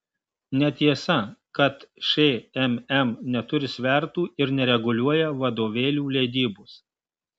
netiesa kad šmm neturi svertų ir nereguliuoja vadovėlių leidybos